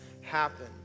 happen